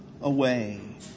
away